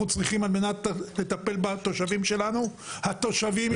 צריכים על מנת לטפל בתושבים שלנו התושבים ייפגעו.